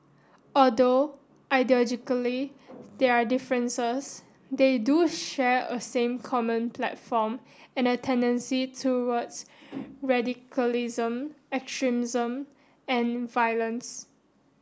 although ideologically there are differences they do share a thin common platform and a tendency towards radicalism extremism and violence